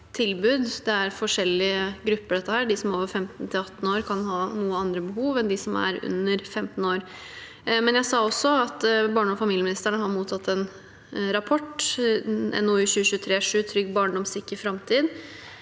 Det er forskjellige grupper. De som er fra 15 til 18 år, kan ha noen andre behov enn de som er under 15 år. Jeg sa også at barne- og familieministeren har mottatt en rapport, NOU 2023: 7, Trygg barndom, sikker fremtid,